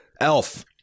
Elf